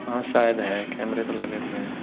हाँ शायद है कैमरे तो लगे हुए हैं